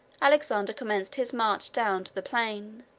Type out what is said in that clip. alexander commenced his march down to the plain.